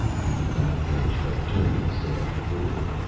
he did not finish, but turned instead to thord.